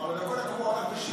על הדרכון הקבוע הוא הלך ושילם.